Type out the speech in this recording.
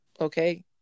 Okay